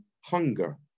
hunger